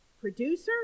producer